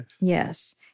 Yes